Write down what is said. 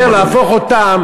מאשר להפוך אותם